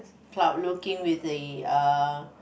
cloud looking with a uh